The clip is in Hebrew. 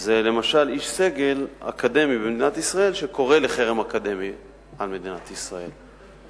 זה למשל איש סגל אקדמי במדינת ישראל שקורא לחרם אקדמי על מדינת ישראל.